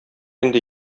инде